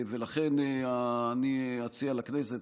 ולכן אני אציע לכנסת,